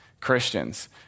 Christians